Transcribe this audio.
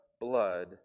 blood